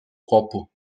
copo